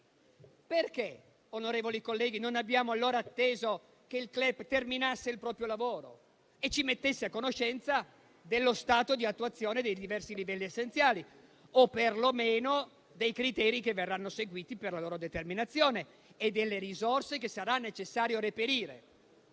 allora non abbiamo atteso che il CLEP terminasse il proprio lavoro e ci mettesse a conoscenza dello stato di attuazione dei diversi livelli essenziali o perlomeno dei criteri che verranno seguiti per la loro determinazione e delle risorse che sarà necessario reperire?